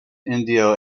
indo